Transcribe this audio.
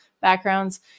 backgrounds